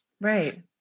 right